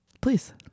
please